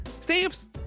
Stamps